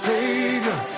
Savior